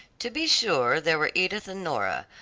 to be sure there were edith and nora,